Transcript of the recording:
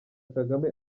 kagame